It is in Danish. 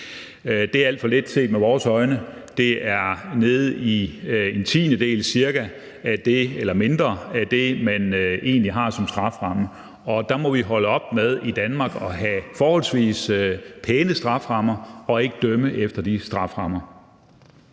Det er alt for lidt set med vores øjne. Det er nede i cirka en tiendedel eller mindre af det, man egentlig har som strafferamme. Der må vi holde op med i Danmark at have forholdsvis pæne strafferammer og så ikke dømme efter de strafferammer.